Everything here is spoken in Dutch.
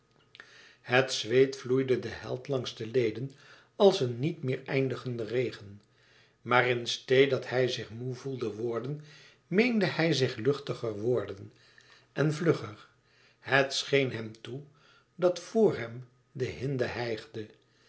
het zweet vloeide den held langs de leden als een niet meer eindigende regen maar in steê dat hij zich moê voelde worden meende hij zich luchtiger worden en vlugger het scheen hem toe dat vr hem de hinde hijgde